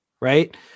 right